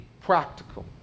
practical